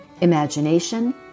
imagination